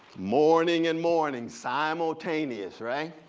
mourning and morning simultaneous, right?